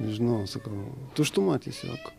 nežinau sakau tuštuma tiesiog